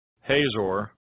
Hazor